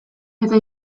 eta